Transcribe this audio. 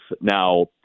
Now